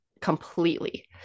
completely